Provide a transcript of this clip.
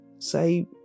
Say